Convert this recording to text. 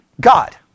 God